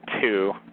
two